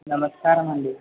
నమస్కారం అండి